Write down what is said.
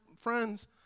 friends